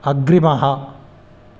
अग्रिमः